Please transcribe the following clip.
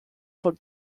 von